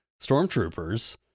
stormtroopers